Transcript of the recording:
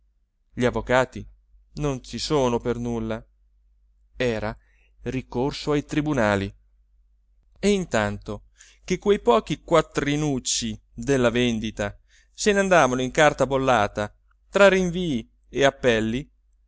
gli avvocati non ci sono per nulla era ricorso ai tribunali e intanto che quei pochi quattrinucci della vendita se n'andavano in carta bollata tra rinvii e appelli